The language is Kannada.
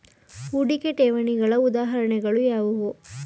ಹೂಡಿಕೆ ಠೇವಣಿಗಳ ಉದಾಹರಣೆಗಳು ಯಾವುವು?